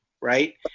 Right